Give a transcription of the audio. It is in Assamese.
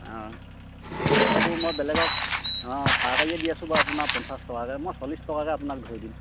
অঁ এইটো মই বেলেগক অঁ পাৰকাৰীয়ে দি আছো বাৰু আপোনাৰ পঞ্চাছ টকাকৈ মই চল্লিছ টকাকৈ আপোনাক ধৰি দিম